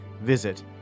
Visit